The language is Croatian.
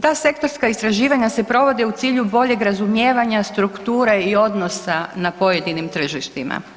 Ta sektorska istraživanja se provode u cilju boljeg razumijevanja strukture i odnosa na pojedinim tržištima.